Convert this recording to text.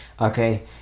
Okay